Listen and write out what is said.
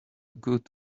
good